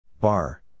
Bar